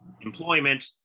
employment